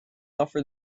offered